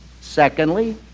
secondly